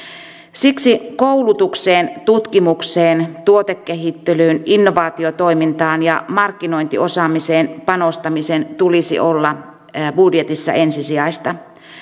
siksi koulutukseen tutkimukseen tuotekehittelyyn innovaatiotoimintaan ja markkinointiosaamiseen panostamisen tulisi olla budjetissa ensisijaista